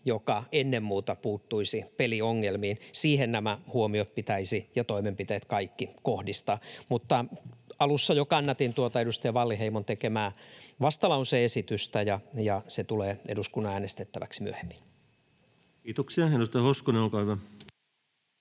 joka ennen muuta puuttuisi peliongelmiin. Siihen nämä huomiot ja toimenpiteet pitäisi kaikki kohdistaa. Alussa jo kannatin tuota edustaja Wallinheimon tekemää vastalause-esitystä. Se tulee eduskunnan äänestettäväksi myöhemmin. [Speech 80] Speaker: Ensimmäinen